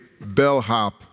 bellhop